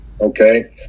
Okay